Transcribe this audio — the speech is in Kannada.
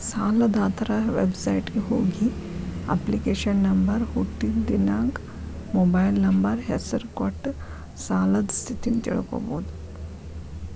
ಸಾಲದಾತರ ವೆಬಸೈಟ್ಗ ಹೋಗಿ ಅಪ್ಲಿಕೇಶನ್ ನಂಬರ್ ಹುಟ್ಟಿದ್ ದಿನಾಂಕ ಮೊಬೈಲ್ ನಂಬರ್ ಹೆಸರ ಕೊಟ್ಟ ಸಾಲದ್ ಸ್ಥಿತಿನ ತಿಳ್ಕೋಬೋದು